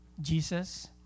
Jesus